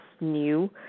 new